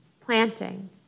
planting